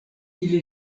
ili